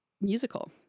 musical